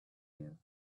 you